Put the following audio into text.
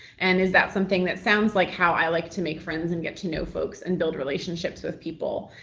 and is that something that sounds like how i like to make friends and get to know folks and build relationships with people.